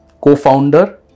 co-founder